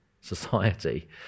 society